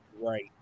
Right